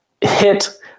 hit